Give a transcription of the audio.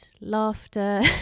laughter